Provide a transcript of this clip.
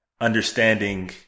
understanding